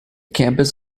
campus